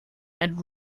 and